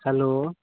hello